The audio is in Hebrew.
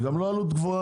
זה גם לא עלות גבוהה.